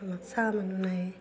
আমাক চোৱা মানুহ নাই